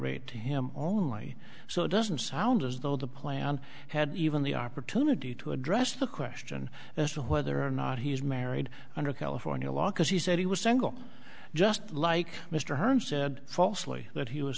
rate him only so it doesn't sound as though the plan had even the opportunity to address the question as to whether or not he's married under california law because he said he was single just like mr holmes said falsely that he was